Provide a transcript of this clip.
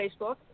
Facebook